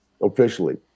officially